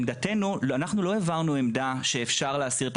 אנחנו לא העברנו עמדה שאפשר להסיר את